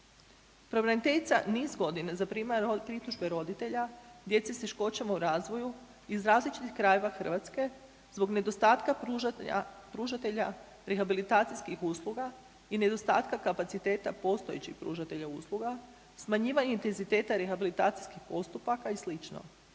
Pravobraniteljica niz godina zaprimala je pritužbe roditelja djece s teškoćama u razvoju iz različitih krajeva Hrvatske zbog nedostatka pružatelja rehabilitacijskih usluga i nedostatka kapaciteta postojećih pružatelja usluga, smanjivanje intenziteta rehabilitacijskih postupaka i sl.